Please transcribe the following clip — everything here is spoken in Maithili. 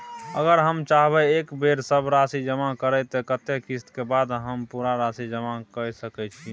अगर हम चाहबे एक बेर सब राशि जमा करे त कत्ते किस्त के बाद हम पूरा राशि जमा के सके छि?